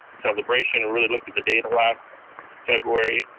celebration, and really looked at the data last february,